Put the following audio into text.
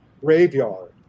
graveyard